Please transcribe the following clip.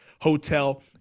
Hotel